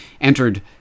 entered